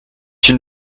une